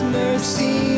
mercy